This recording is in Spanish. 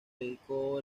dedicó